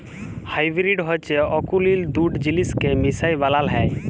hybrid হছে অকুলীল দুট জিলিসকে মিশায় বালাল হ্যয়